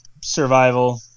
Survival